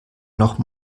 noch